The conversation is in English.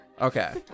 Okay